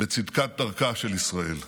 בצדקת דרכה של ישראל.